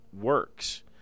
works